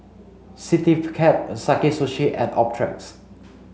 Citycab Sakae Sushi and Optrex